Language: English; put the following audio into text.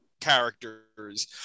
characters